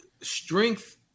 strength